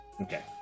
Okay